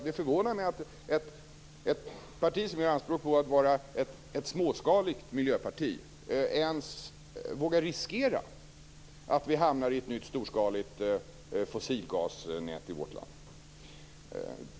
Det förvånar mig att ett parti som gör anspråk på att vara ett småskalig miljöparti ens vågar riskera att vi skall hamna i ett nytt storskaligt fossilgasnät i vårt land.